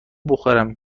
بخورم